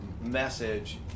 message